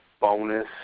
bonus